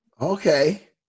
Okay